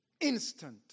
Instant